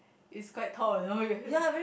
it's quite tall you know